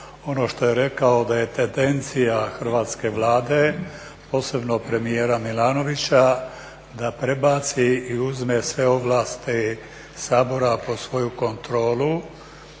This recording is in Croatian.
ono što je rekao, da je tendencija Hrvatske Vlade, posebno premijera Milanovića da prebaci i uzme sve ovlasti Sabora pod svoju kontrolu